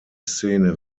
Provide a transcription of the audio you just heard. szene